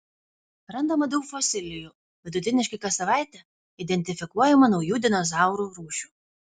randama daug fosilijų vidutiniškai kas savaitę identifikuojama naujų dinozaurų rūšių